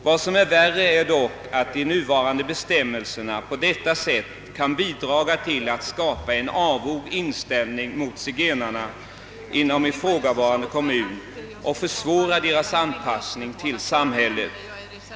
Vad som är värre är dock att de nuvarande bestämmelserna på detta sätt kan bidraga till att skapa en avog inställning till zigenarna inom ifrågavarande kommun och försvåra deras anpassning i samhället.